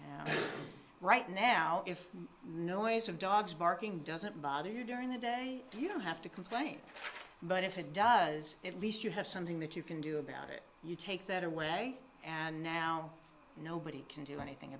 right now if noise of dogs barking doesn't bother you during the day do you don't have to complain but if it does at least you have something that you can do about it you take that away and now nobody can do anything